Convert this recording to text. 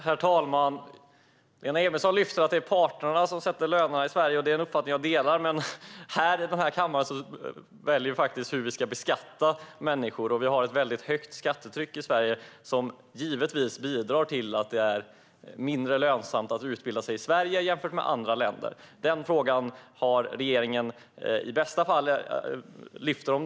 Herr talman! Lena Emilsson säger att det är parterna som sätter lönerna i Sverige, och den uppfattningen delar jag. Men här i kammaren kan vi faktiskt välja hur vi beskattar människor. Vi har ett väldigt högt skattetryck i Sverige som givetvis bidrar till att det är mindre lönsamt att utbilda sig här jämfört med i andra länder. I bästa fall lyfter regeringen inte upp denna fråga.